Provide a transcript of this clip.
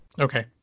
Okay